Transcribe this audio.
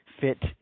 fit